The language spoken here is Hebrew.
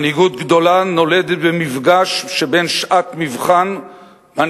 מנהיגות גדולה נולדת במפגש שבין שעת מבחן שבה